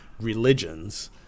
religions